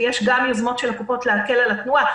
ויש גם יוזמות של הקופות להקל על התנועה.